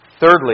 Thirdly